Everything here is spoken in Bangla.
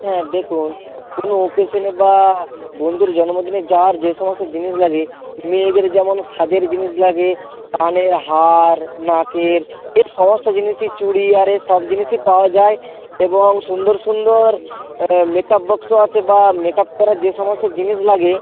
হ্যাঁ দেখুন কোনও অকেশনে বা বন্ধুর জন্মদিনে যার যে সমস্ত জিনিস লাগে মেয়েদের যেমন সাজের জিনিস লাগে কানের হার নাকের এর সমস্ত জিনিসই চুড়ি আরে সব জিনিসই পাওয়া যায় এবং সুন্দর সুন্দর মেকআপ বক্সও আছে বা মেকআপ করার যে সমস্ত জিনিস লাগে